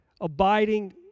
abiding